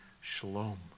Shalom